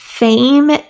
Fame